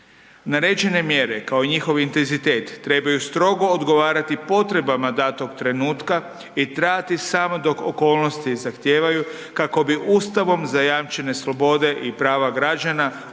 Naređene mjere, kao i njihov intenzitet trebaju strogo odgovarati potrebama datog trenutka i trajati samo dok okolnosti zahtijevaju, kako bi Ustavom zajamčene slobode i prava građana u